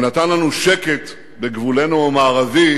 הוא נתן לנו שקט בגבולנו המערבי